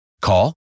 Call